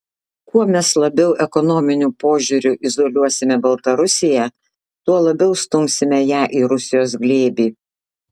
kuo mes labiau ekonominiu požiūriu izoliuosime baltarusiją tuo labiau stumsime ją į rusijos glėbį